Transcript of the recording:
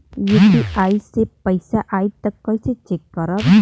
UPI से पैसा आई त कइसे चेक करब?